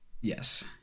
Yes